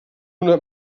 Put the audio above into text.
una